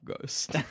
ghost